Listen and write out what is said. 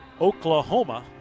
Oklahoma